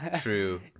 true